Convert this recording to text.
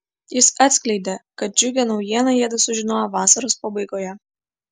jis atskleidė kad džiugią naujieną jiedu sužinojo vasaros pabaigoje